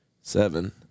seven